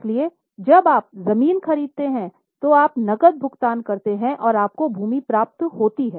इसलिए जब आप ज़मीन खरीदते हैं तो आप नकद भुगतान करते हैंऔर आपको भूमि प्राप्त होती है